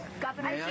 Governor